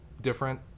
different